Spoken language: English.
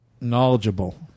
knowledgeable